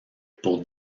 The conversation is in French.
pour